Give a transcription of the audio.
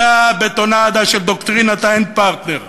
אותה בטונדה של דוקטרינת האין-פרטנר,